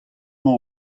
emañ